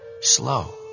slow